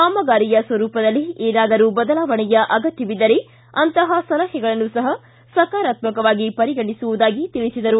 ಕಾಮಗಾರಿಯ ಸ್ವರೂಪದಲ್ಲಿ ಏನಾದರೂ ಬದಲಾವಣೆಯ ಅಗತ್ತವಿದ್ದರೆ ಅಂತಹ ಸಲಹೆಗಳನ್ನು ಸಹ ಸಕಾರಾತ್ತಕವಾಗಿ ಪರಿಗಣಿಸುವುದಾಗಿ ತಿಳಿಸಿದರು